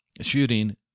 shooting